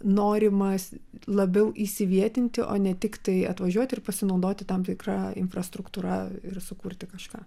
norimas labiau įsivietinti o ne tiktai atvažiuoti ir pasinaudoti tam tikra infrastruktūra ir sukurti kažką